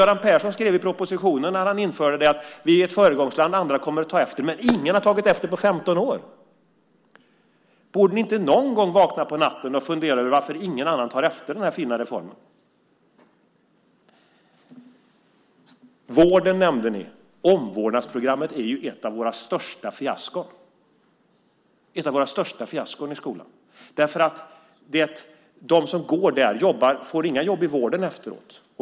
Göran Persson skrev i propositionen när han införde det att vi är ett föregångsland och andra kommer att ta efter. Men ingen har tagit efter på 15 år. Borde ni inte någon gång vakna på natten och fundera över varför ingen annan tar efter den här fina reformen? Vården, nämnde ni. Omvårdnadsprogrammet är ju ett av våra största fiaskon i skolan. De som går där får inga jobb i vården efteråt.